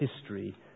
history